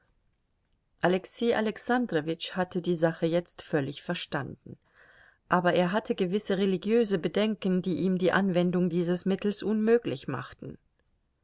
alexei alexandrowitsch hatte die sache jetzt völlig verstanden aber er hatte gewisse religiöse bedenken die ihm die anwendung dieses mittels unmöglich machten